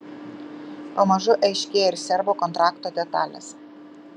pamažu aiškėja ir serbo kontrakto detalės